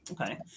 Okay